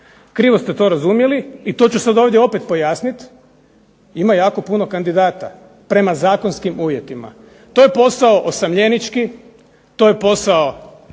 Krivo ste to razumjeli i to ću sad ovdje opet pojasniti. Ima jako puno kandidata prema zakonskim uvjetima. To je posao osamljenički, to je posao